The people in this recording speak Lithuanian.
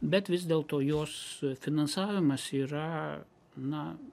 bet vis dėlto jos finansavimas yra na